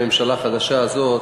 הממשלה החדשה הזאת.